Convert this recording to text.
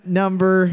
number